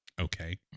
Okay